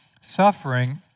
suffering